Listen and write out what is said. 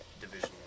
Division